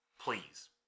please